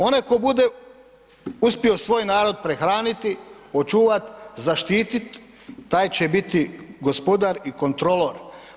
Onaj tko bude uspio svoj narod prehraniti, očuvati, zaštititi taj će biti gospodar i kontrolor.